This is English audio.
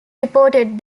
reported